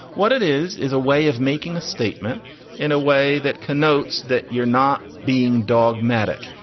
what it is, is a way of making a statement in a way that connotes that you're not being dogmatic.